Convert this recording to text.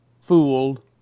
fooled